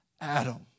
Adam